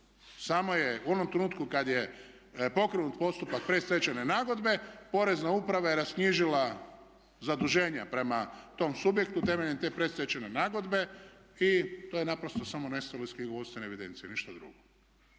Samo je, u onom trenutku kada je pokrenut postupak predstečajne nagodbe porezna uprava je rasknjižila zaduženja prema tom subjektu temeljem te predstečajne nagodbe i to je naprosto samo nestalo iz knjigovodstvene evidencije, ništa drugo.